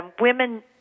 women